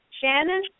Shannon